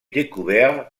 découverts